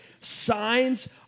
signs